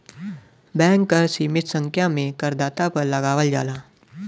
bank कर सीमित संख्या में करदाता पर लगावल जाला